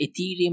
Ethereum